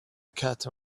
cat